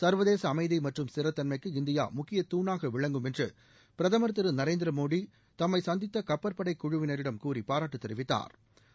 சர்வதேச அமைதி மற்றும் ஸ்திரத்தன்மைக்கு இந்தியா முக்கியத்தாணாக விளங்கும் என்று பிரதமர் திரு நரேந்திர மோடி தம்மை சந்தித்த கப்பற்படை குழுவினரிடம் கூறி பாராட்டு தெரிவித்தாா்